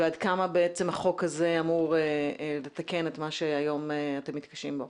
ועד כמה החוק הזה אמור לתקן את מה שהיום אתם מתקשים בו.